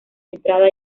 entrada